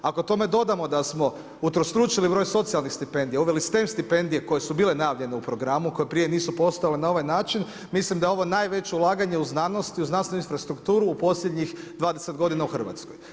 Ako tome dodamo da smo utrostručili broj socijalnih stipendija, uveli stem stipendije koje su bile najavljene u programu koje prije nisu postojale na ovaj način mislim da je ovo najveće ulaganje u znanost i u znanstvenu infrastrukturu u posljednjih 20 godina u Hrvatskoj.